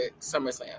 SummerSlam